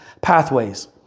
pathways